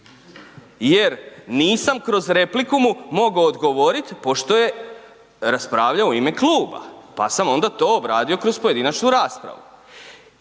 jer nisam kroz repliku mu mogao odgovoriti pošto je raspravljao u ime kluba pa sam onda to obradio kroz pojedinačnu raspravu.